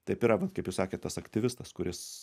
taip yra vat kaip jūs sakėt tas aktyvistas kuris